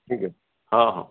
ହଁ ହଁ